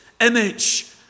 image